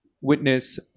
witness